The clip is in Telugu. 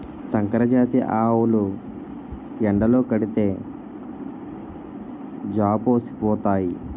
సంకరజాతి ఆవులు ఎండలో కడితే జాపోసిపోతాయి